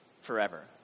forever